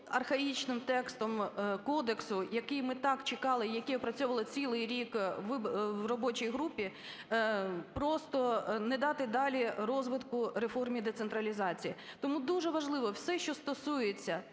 архаїчним текстом кодексу, який ми так чекали і який опрацьовували цілий рік в робочій групі, просто не дати далі розвитку реформі і децентралізації. Тому дуже важливо все, що стосується